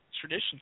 tradition